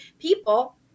people